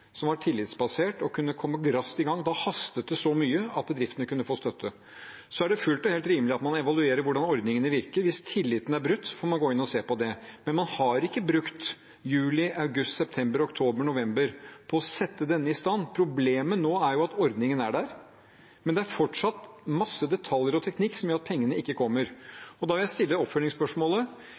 som var tillitsbasert og kunne komme raskt i gang. Da hastet det så mye at bedriftene kunne få støtte. Så er det fullt og helt rimelig at man evaluerer hvordan ordningene virker. Hvis tilliten er brutt, får man gå inn og se på det. Men man har ikke brukt juli, august, september, oktober og november på å sette denne i stand. Problemet nå er at ordningen er der, men det er fortsatt masse detaljer og teknikk som gjør at pengene ikke kommer. Da vil jeg stille oppfølgingsspørsmålet: